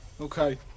Okay